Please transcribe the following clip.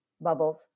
Bubbles